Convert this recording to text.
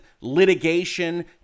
litigation